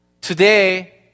Today